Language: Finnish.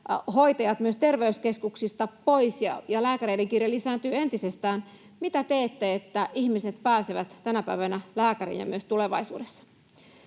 hoitajat myös terveyskeskuksista pois, ja lääkäreiden kiire lisääntyy entisestään. Mitä teette, että ihmiset pääsevät tänä päivänä ja myös tulevaisuudessa